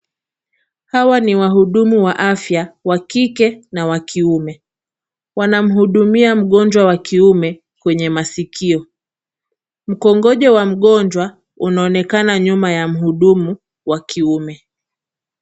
Hawa ni wahudumu wa afya, wa kike na wa kiume. Wanamhudumia mgonjwa wa kiume kwenye masikio. Mkongojo wamgonjwa unaonekana nyuma ya mhudumu wa kiume.